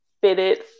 fitted